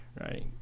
right